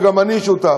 וגם אני שותף,